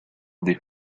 des